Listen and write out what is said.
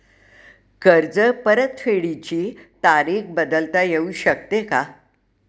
कर्ज परतफेडीची तारीख बदलता येऊ शकते का?